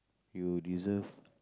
you deserve